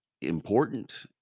important